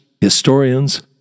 historians